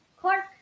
Clark